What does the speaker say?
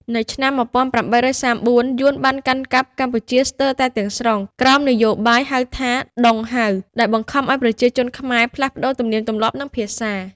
នៅឆ្នាំ ១៨៣៤ យួនបានកាន់កាប់កម្ពុជាស្ទើរតែទាំងស្រុងក្រោមនយោបាយហៅថា "ដុងហៅ" ដែលបង្ខំឱ្យប្រជាជនខ្មែរផ្លាស់ប្តូរទំនៀមទម្លាប់ និងភាសា។